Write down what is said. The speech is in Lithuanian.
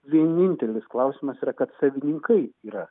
vienintelis klausimas yra kad savininkai yra